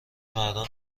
مردان